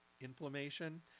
inflammation